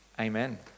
Amen